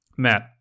Matt